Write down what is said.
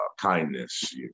kindness